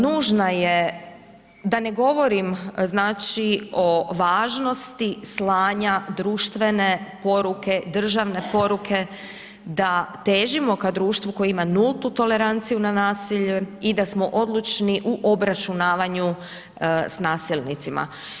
Nužna je, da ne govorim, znači o važnosti slanja društvene poruke, državne poruke da težimo ka društvu koje ima nultu toleranciju na nasilje i da smo odlučni u obračunavanju s nasilnicima.